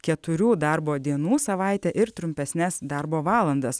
keturių darbo dienų savaitę ir trumpesnes darbo valandas